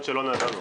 שלא נידונו.